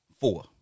four